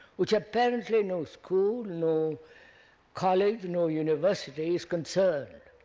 which apparently no school, no college, no university is concerned